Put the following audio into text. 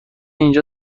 اینجا